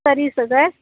சர்வீஸா sir